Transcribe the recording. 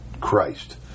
Christ